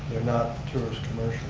they're not tourist